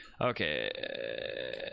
okay